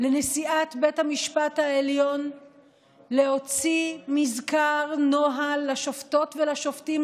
לנשיאת בית המשפט העליון להוציא מזכר נוהל לשופטות ולשופטים,